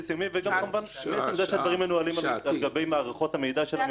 מעצם זה שהדברים מנוהלים על גבי מערכות המידע של הממשלה,